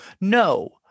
no